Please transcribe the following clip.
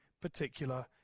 particular